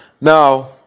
Now